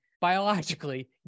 biologically